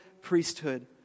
priesthood